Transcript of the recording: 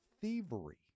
thievery